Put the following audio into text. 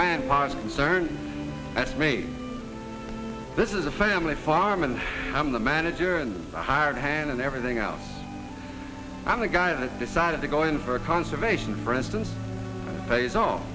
cern at me this is a family farm and i'm the manager and a hired hand and everything else and the guy that decided to go in for conservation for instance pays off